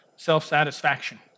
Self-satisfaction